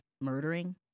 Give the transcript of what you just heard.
murdering